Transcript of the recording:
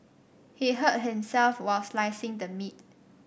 he hurt himself while slicing the meat